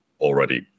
already